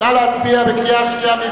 נא להצביע בקריאה שנייה.